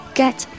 get